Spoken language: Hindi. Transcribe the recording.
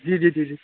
जी जी जी